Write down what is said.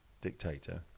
dictator